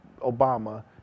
Obama